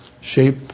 shape